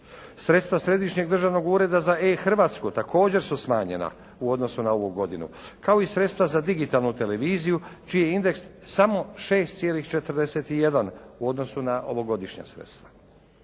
Sredstva Središnjeg državnog ureda za e-Hrvatsku također su smanjena u odnosu na ovu godinu, kao i sredstva za digitalnu televiziju čiji je indeks samo 6,41 u odnosu na ovogodišnja sredstva.